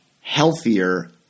healthier